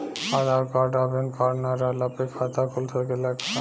आधार card आ PAN card ना रहला पर खाता खुल सकेला का?